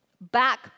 back